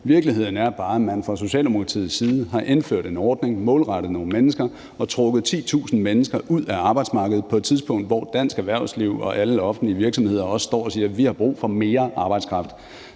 Virkeligheden er bare, at man fra Socialdemokratiets side har indført en ordning målrettet nogle mennesker og trukket 10.000 mennesker ud af arbejdsmarkedet på et tidspunkt, hvor dansk erhvervsliv og også alle offentlige virksomheder siger: Vi har brug for mere arbejdskraft.